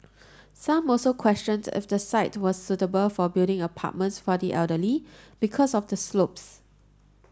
some also questioned if the site was suitable for building apartments for the elderly because of the slopes